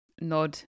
nod